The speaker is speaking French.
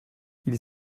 ils